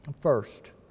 First